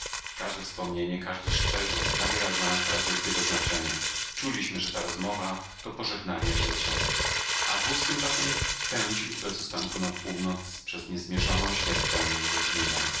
każde wspomnienie każdy szczegół nabierały dla nas teraz wielkiego znaczenia czuliśmy że ta rozmowa to pożegnanie życia a wóz tymczasem pędził bez ustanku na północ przez niezmierzoną śmiertelną równinę